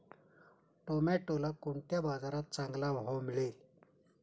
टोमॅटोला कोणत्या बाजारात चांगला भाव मिळेल?